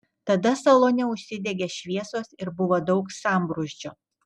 tada salone užsidegė šviesos ir buvo daug sambrūzdžio